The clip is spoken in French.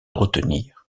retenir